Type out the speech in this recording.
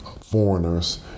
foreigners